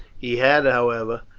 he had, however,